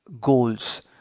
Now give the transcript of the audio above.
goals